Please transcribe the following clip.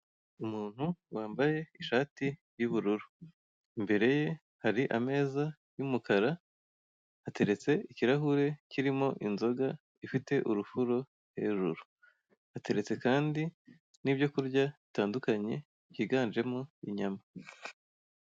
Umuntu wambaye ishati y'ubururu imbere ye hari ameza y'umukara, hateretse ikirahuri kirimo inzoga ifite urufuro hejuru, hateretse kandi n'ibyo kurya bitandukanye byiganjemo inyama.